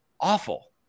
awful